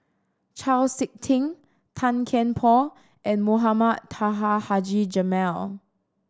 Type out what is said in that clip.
Chau Sik Ting Tan Kian Por and Mohamed Taha Haji Jamil